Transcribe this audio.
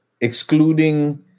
Excluding